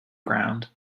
ground